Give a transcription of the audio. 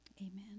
Amen